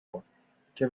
کن، که